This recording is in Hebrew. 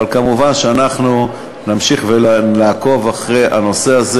אבל כמובן, אנחנו נמשיך ונעקוב אחרי הנושא הזה.